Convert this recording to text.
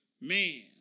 man